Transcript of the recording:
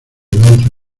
lanza